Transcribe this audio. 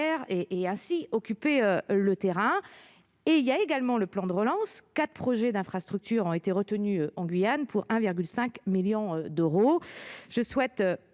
et ainsi occuper le terrain. Enfin, dans le cadre du plan de relance, quatre projets d'infrastructure ont été retenus en Guyane, pour 1,5 million d'euros.